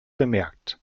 bemerkt